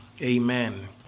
Amen